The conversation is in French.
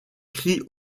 crie